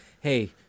hey